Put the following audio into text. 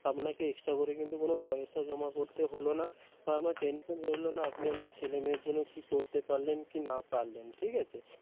আপনাকে এক্সট্রা করে কিন্তু কোনও পয়সা জমা করতে হল না বা আপনার টেনশন রইল না আপনি আপনার ছেলেমেয়ের জন্যে কী করতে পারলেন কি না পারলেন ঠিক আছে